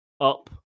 up